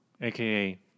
AKA